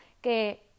que